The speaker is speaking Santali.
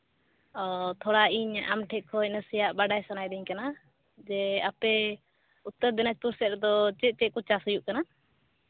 ᱚᱻ ᱛᱷᱚᱲᱟ ᱤᱧ ᱟᱢ ᱴᱷᱮᱱ ᱠᱷᱚᱱ ᱱᱟᱥᱮᱭᱟᱜ ᱵᱟᱲᱟᱭ ᱥᱟᱱᱟᱭᱮᱫᱤᱧ ᱠᱟᱱᱟ ᱡᱮ ᱟᱯᱮ ᱩᱛᱛᱚᱨ ᱫᱤᱱᱟᱡᱽᱯᱩᱨ ᱥᱮᱫ ᱨᱮᱫᱚ ᱪᱮᱫ ᱪᱮᱫ ᱠᱚ ᱪᱟᱥ ᱦᱩᱭᱩᱜ ᱠᱟᱱᱟ